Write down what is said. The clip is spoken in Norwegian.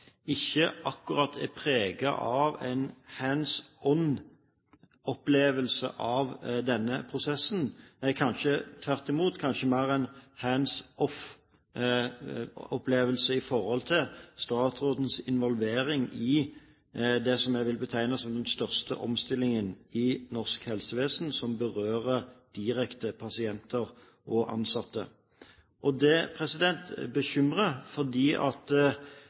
ikke akkurat er preget av at det er «hands on» i denne prosessen, kanskje tvert imot «hands off» i forhold til statsrådens involvering i det jeg vil betegne som den største omstillingen i norsk helsevesen som berører direkte pasienter og ansatte. Det bekymrer fordi